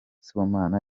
sibomana